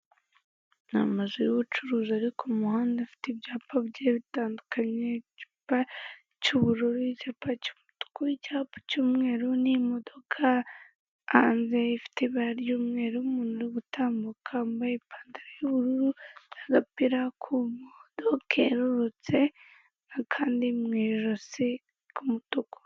Ni amazu y'ubucuruzi ari ku muhanda, afite ibyapa bigiye bitandukanye. Icyapa cy'ubururu, icyapa cy'umutuku, icyapa cy'umweru n'imodoka hanze ifite ibara ry'umweru, n'umuntu gutambuka wambaye ipantaro y'ubururu n'agapira k'umuhondo kererutse, n'akandi mu ijosi k'umutuku.